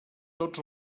tots